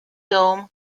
dome